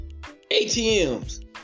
ATMs